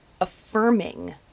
affirming